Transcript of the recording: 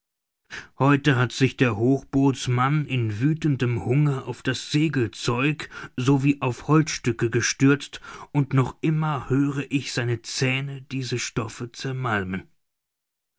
heute hat sich der hochbootsmann in wüthendem hunger auf das segelzeug so wie auf holzstücke gestürzt und noch immer höre ich seine zähne diese stoffe zermalmen